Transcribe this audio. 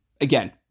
Again